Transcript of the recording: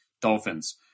Dolphins